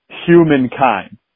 humankind